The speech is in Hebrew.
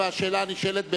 והשאלה הנשאלת,